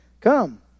come